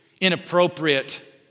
inappropriate